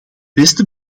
beste